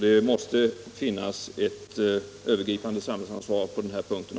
Det måste finnas ett övergripande samhällsansvar också på den här punkten.